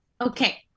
Okay